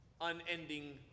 unending